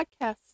Podcast